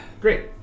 Great